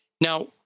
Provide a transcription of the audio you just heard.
Now